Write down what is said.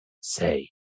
say